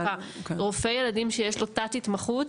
רופא ילדים שיש לו תת התמחות